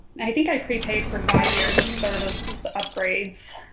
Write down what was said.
i think i prepaid for five years of service upgrades